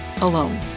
alone